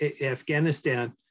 Afghanistan